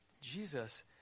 Jesus